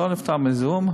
הוא לא נפטר מהזיהום,